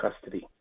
custody